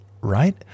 right